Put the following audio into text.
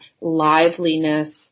liveliness